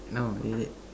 no you need